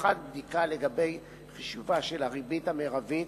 עריכת בדיקה לגבי אופן חישובה של הריבית המרבית,